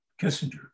Kissinger